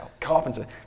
carpenter